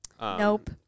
Nope